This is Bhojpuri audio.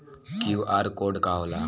क्यू.आर कोड का होला?